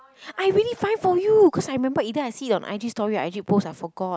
I really find for you cause I remember either I see it on I_G story or I_G post I forgot